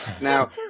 Now